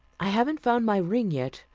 i haven't found my ring yet,